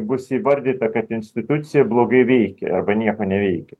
bus įvardyta kad institucija blogai veikia arba nieko neveikia